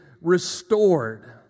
restored